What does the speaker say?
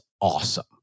awesome